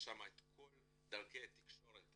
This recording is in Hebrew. יש שם את כל דרכי התקשורת,